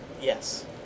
Yes